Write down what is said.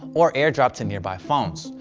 or airdropped to nearby phones.